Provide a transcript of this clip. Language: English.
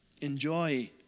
Enjoy